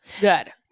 good